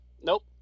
nope